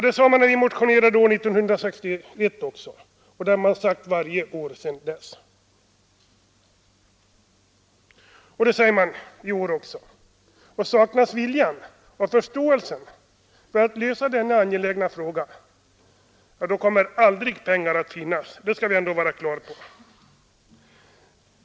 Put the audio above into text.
Det sade man när vi motionerade år 1961 också, det har man sagt varje år sedan dess, och det säger man i år också. Saknas viljan och förståelsen för denna angelägna fråga, då kommer aldrig pengar att finnas. Det skall vi ändå ha klart för oss.